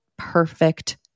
perfect